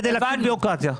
כדי להפחית בירוקרטיה.